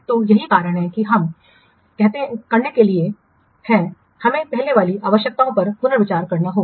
तो यही कारण है कि हम करने के लिए है हमें पहले वाली आवश्यकताओं पर पुनर्विचार करना होगा